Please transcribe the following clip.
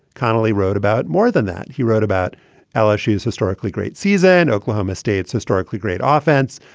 connelly wrote about more than that. he wrote about ella. she's historically great season in oklahoma state's historically great offense,